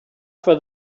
for